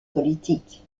politique